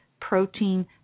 protein